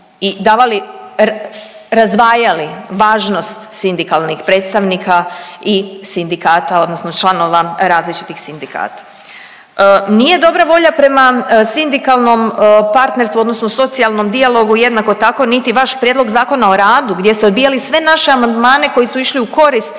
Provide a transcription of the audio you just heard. razdvajali važnost sindikalnih predstavnika i sindikata, odnosno članova različitih sindikata. Nije dobra volja prema sindikalnom partnerstvu, odnosno socijalnom dijalogu jednako tako niti vaš Prijedlog zakona o radu gdje ste odbijali sve naše amandmane koji su išli u korist